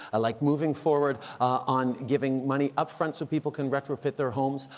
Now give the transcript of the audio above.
ah like moving forward on giving money up-front so people can retrofit their homes,